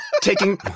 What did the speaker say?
taking